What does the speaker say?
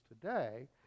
today